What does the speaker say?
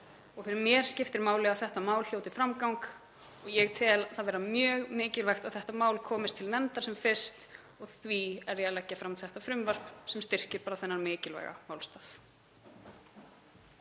Fyrir mér skiptir máli að þetta mál hljóti framgang og ég tel það vera mjög mikilvægt að þetta mál komist til nefndar sem fyrst og því er ég að leggja fram þetta frumvarp sem styrkir bara þennan mikilvæga málstað.